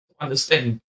understand